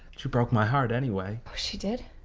she broke my heart anyway. she did?